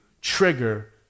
trigger